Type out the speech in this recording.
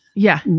yeah.